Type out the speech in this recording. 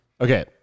Okay